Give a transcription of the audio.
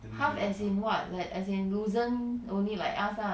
half as in what like as in loosen only like us lah ya lah